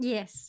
Yes